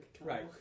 Right